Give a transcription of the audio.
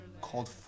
called